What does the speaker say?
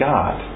God